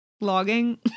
Logging